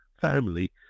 family